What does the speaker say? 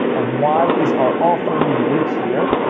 why is our offering unique here.